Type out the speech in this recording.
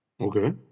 Okay